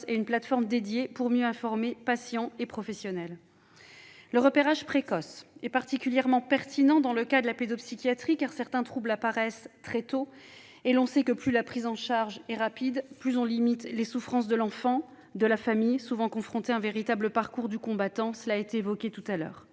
et une plateforme dédiée pour mieux informer patients et professionnels. Le repérage précoce est particulièrement pertinent dans le cas de la pédopsychiatrie, car certains troubles apparaissent très tôt. On le sait, plus la prise en charge est rapide, plus on limite les souffrances de l'enfant et de la famille, souvent confrontée à un véritable parcours du combattant. Malheureusement, pour que